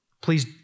Please